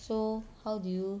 so how do you